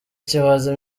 kimaze